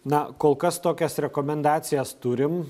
na kol kas tokias rekomendacijas turim